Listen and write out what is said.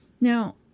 Now